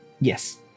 Yes